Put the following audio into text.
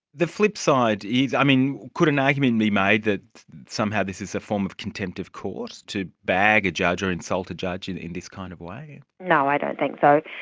the flipside is, i mean, could an argument be made that somehow this is a form of contempt of court, to bag a judge or insult a judge in in this kind of way? no, i don't think so.